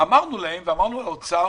אמרנו להם ולאוצר,